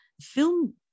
film